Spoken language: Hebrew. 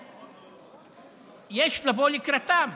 ויש לבוא לקראתם,